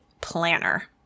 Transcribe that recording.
planner